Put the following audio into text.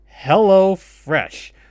HelloFresh